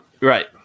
Right